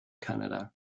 canada